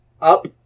up